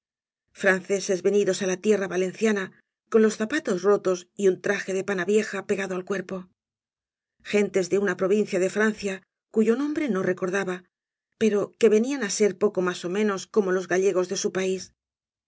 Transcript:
franceses venidos á la tierra valenciana con los zapatos rotos y un traje de pana vieja pegado al cuerpo gentea de una provincia de francia cuyo nombre no recordaba pero que venían á ser poco más ó me nos como los gallegos de su país